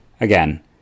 Again